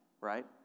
right